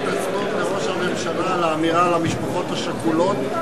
התנצלות מראש הממשלה על האמירה על המשפחות השכולות,